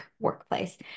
workplace